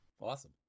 Awesome